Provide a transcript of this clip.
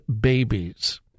babies